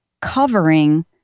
covering